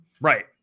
Right